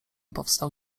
powstał